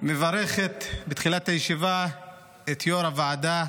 מברכת בתחילת הישיבה את יו"ר הוועדה,